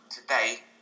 today